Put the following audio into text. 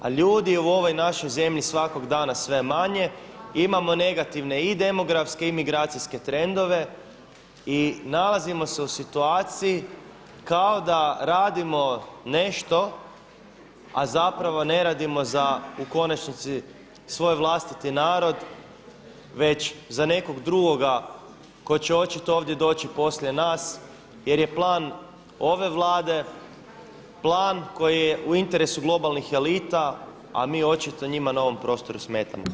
Ali ljudi je u ovoj našoj zemlji svakog dana sve manje i imamo negativne i demografske i migracijske trendove i nalazimo se u situaciji kao da radimo nešto a zapravo ne radimo za u konačnici svoj vlastiti narod već za nekog drugoga tko će očito ovdje doći poslije nas jer je plan ove Vlade plan koji je u interesu globalnih elita, a mi očito njima na ovom prostoru smetamo.